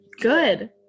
Good